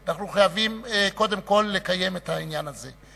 אנחנו חייבים קודם כול לקיים את העניין הזה.